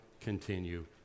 continue